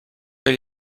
elle